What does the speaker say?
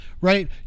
right